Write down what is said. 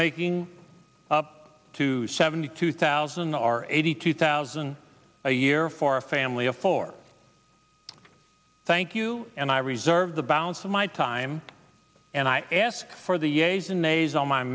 making up to seventy two thousand are eighty two thousand a year for a family of four thank you and i reserve the balance of my time and i ask for the a